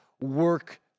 work